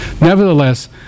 Nevertheless